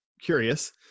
curious